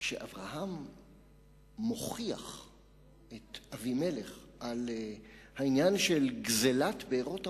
כשאברהם מוכיח את אבימלך על גזלת בארות המים,